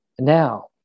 now